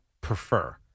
prefer